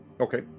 Okay